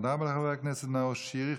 תודה רבה לחבר הכנסת נאור שירי.